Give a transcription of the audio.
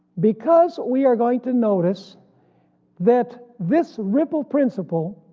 because we are going to notice that this ripple principle